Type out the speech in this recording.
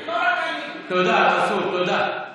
תודה, מנסור, תודה.